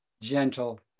gentle